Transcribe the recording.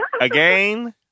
Again